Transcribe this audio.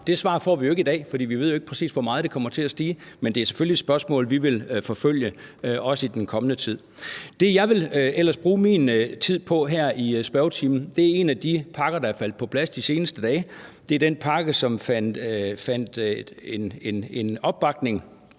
Det svar får vi jo ikke i dag, for vi ved jo ikke præcis, hvor meget det kommer til at stige. Men det er selvfølgelig et spørgsmål, vi også vil forfølge i den kommende tid. Det, som jeg ellers vil bruge min tid på her i spørgetimen, er en af de pakker, der er faldet på plads de seneste dage, nemlig den pakke, som fandt opbakning